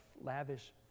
lavish